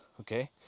okay